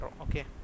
okay